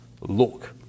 Look